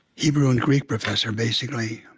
hebrew and greek professor, basically.